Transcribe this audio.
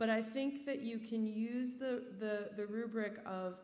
but i think that you can use the rubric of